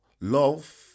Love